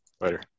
Later